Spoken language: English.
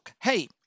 Hey